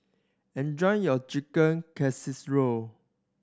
enjoy your Chicken Casserole